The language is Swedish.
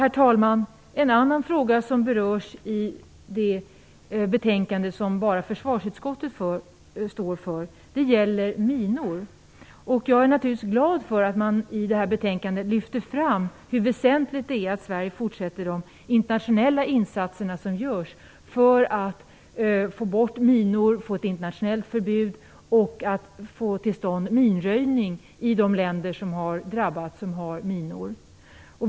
En annan fråga som berörs i det betänkande som bara försvarsutskottet står för gäller minor. Jag är naturligtvis glad för att man i det här betänkandet lyfter fram hur väsentligt det är att Sverige fortsätter de internationella insatser som görs för att få bort minor, för att få ett internationellt förbud och för att få till stånd minröjning i de länder som har drabbats och som har minor.